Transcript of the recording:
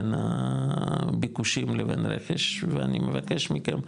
בין הביקושים לבין הרכש ואני מבקש מכם,